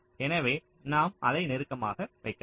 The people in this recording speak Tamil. எனவே நாம் அதை நெருக்கமாக வைக்கலாம்